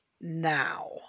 now